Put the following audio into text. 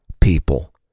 people